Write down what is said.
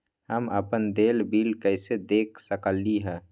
हम अपन देल बिल कैसे देख सकली ह?